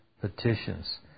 petitions